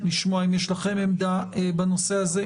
לשמוע אם יש לכם עמדה בנושא הזה,